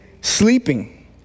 sleeping